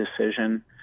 decision